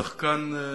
שחקן.